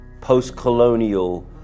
post-colonial